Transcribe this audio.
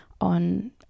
on